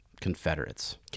Confederates